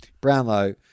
Brownlow